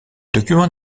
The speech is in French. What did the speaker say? document